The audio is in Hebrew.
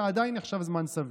זה עדיין נחשב זמן סביר.